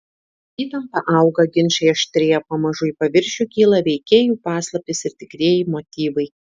įtampa auga ginčai aštrėja pamažu į paviršių kyla veikėjų paslaptys ir tikrieji motyvai